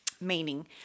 Meaning